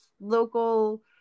local